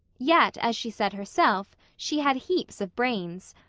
yet, as she said herself, she had heaps of brains.